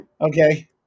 Okay